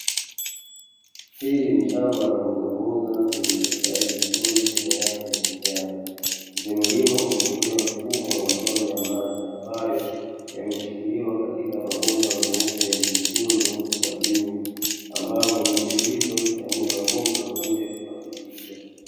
Hili ni shamba la mbogamboga zilozostawi vizuri zenye rangi ya kijani. Zimelimwa kwa kutumia mfumo wa matone ya maji ambayo yameshikiliwa katika mabomba meupe yenye vitundu kwa juu, ambavyo miche hiyo na mbogamboga huja kupandikiza.